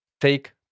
take